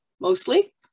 mostly